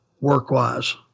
work-wise